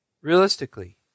realistically